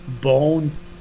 Bones